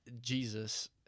Jesus